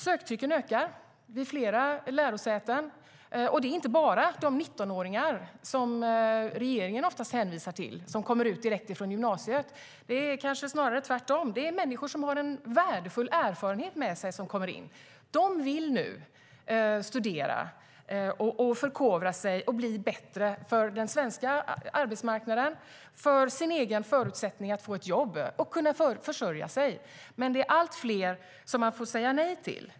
Söktrycket ökar vid flera lärosäten. Det handlar inte bara om de 19-åringar regeringen oftast hänvisar till, som kommer direkt från gymnasiet, utan det är kanske snarare tvärtom människor som har värdefull erfarenhet med sig som kommer in. De vill nu studera, förkovra sig och bli bättre - för den svenska arbetsmarknaden, för sina egna förutsättningar att få ett jobb och för att kunna försörja sig. Det är dock allt fler man får säga nej till.